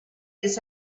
this